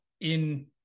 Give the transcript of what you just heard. in-